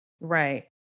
right